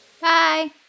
Bye